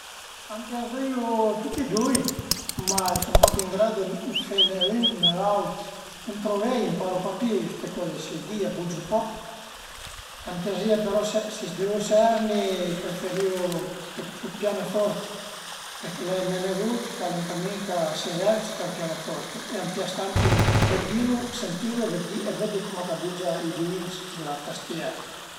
A m'piazerìu tüti e dui, ma sun pa pi ën gradu dë fe ne ün ne l'aut, sun trop vei, ëmparu pa pi ste cozi si, i di-i a bugiu pa, a m'piazerìa però si devu serni, preferìu ël ël pianoforte perché l'ai me nevud ch'al e ën camin ch'a s'ezercita al pianoforte e a m'pias tantu vëdilu, sentilu e vëdì e vëddi cume ch'a bugia i di-i s'la tastiera